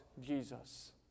Jesus